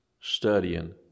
studying